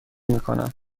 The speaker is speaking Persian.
میکنم